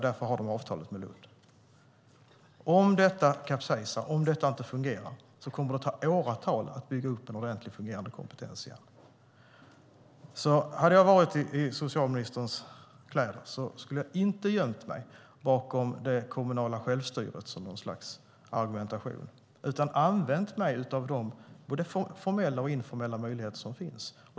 Därför har de avtalet med Lund. Om detta kapsejsar, om detta inte fungerar kommer det att ta åratal att bygga upp en ordentligt fungerande kompetens igen. Hade jag varit i socialministerns kläder skulle jag inte ha gömt mig bakom det kommunala självstyret som någon slags argumentation, utan använt mig av de både formella och informella möjligheter som finns.